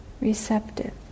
receptive